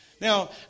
Now